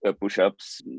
push-ups